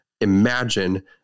imagine